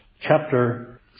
chapter